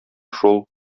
шул